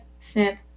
snip